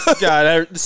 God